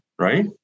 Right